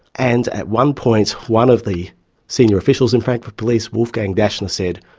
and at one point, one of the senior officials, in frankfurt police, wolfgang daschner, said,